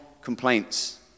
complaints